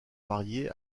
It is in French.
marié